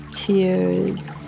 tears